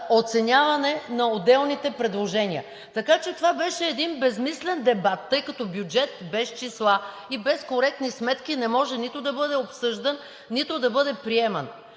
оценяване на отделните предложения. Така че това беше един безсмислен дебат, тъй като бюджет без числа и без коректни сметки не може нито да бъде обсъждан, нито да бъде приеман.